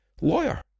lawyer